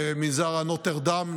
במנזר נוטרדאם,